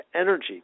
energy